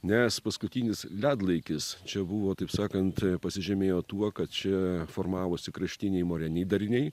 nes paskutinis ledlaikis čia buvo taip sakant pasižymėjo tuo kad čia formavosi kraštiniai moreniniai dariniai